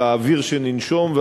על האוויר שננשום,